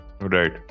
Right